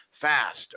fast